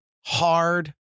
hard